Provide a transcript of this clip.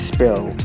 Spill